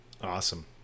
awesome